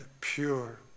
pure